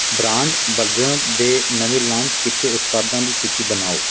brand ਬਰਜਨਰ ਦੇ ਨਵੇਂ ਲਾਂਚ ਕੀਤੇ ਉਤਪਾਦਾਂ ਦੀ ਸੂਚੀ ਬਣਾਓ